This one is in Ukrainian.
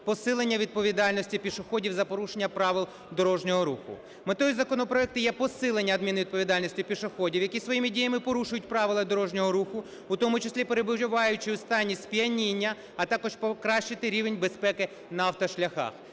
посилення відповідальності пішоходів за порушення правил дорожнього руху. Метою законопроекту є посилення адмінвідповідальності пішоходів, які своїми діями порушують правила дорожнього руху, у тому числі перебуваючи у стані сп'яніння, а також покращити рівень безпеки на автошляхах.